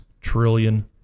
trillion